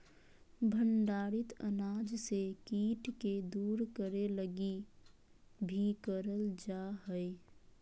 भंडारित अनाज से कीट के दूर करे लगी भी करल जा हइ